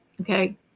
Okay